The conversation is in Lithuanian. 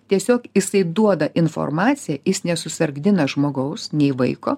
tiesiog jisai duoda informaciją jis nesusargdina žmogaus nei vaiko